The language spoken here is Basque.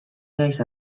naiz